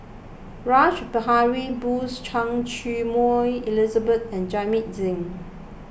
Rash Behari Bose Choy Su Moi Elizabeth and Jamit Singh